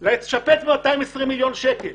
לשפץ ב-220 מיליון שקל